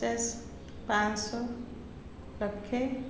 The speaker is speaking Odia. ଚେସ୍ ପାଞ୍ଚ୍ ଶହ ଲକ୍ଷେ